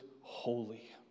holy